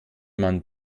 man